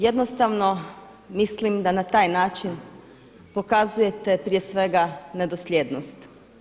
Jednostavno mislim da na taj način pokazujete prije svega nedosljednost.